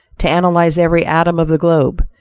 to analyze every atom of the globe,